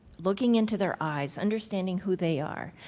looking into their eyes, understanding who they are.